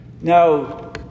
Now